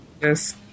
Yes